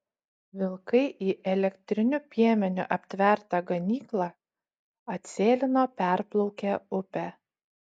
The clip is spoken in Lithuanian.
vilkai į elektriniu piemeniu aptvertą ganyklą atsėlino perplaukę upę